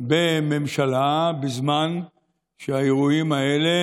בממשלה בזמן שהאירועים האלה,